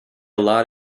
lot